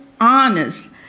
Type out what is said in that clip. honest